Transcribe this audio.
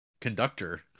conductor